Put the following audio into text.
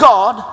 God